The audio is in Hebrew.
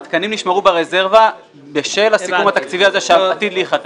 התקנים נשמרו ברזרבה בשל הסיכום התקציבי הזה שעתיד להיחתם.